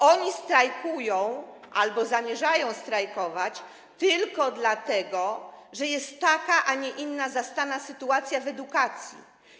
Oni strajkują albo zamierzają strajkować dlatego, że jest taka, a nie inna zastana sytuacja w edukacji.